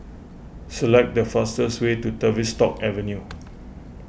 select the fastest way to Tavistock Avenue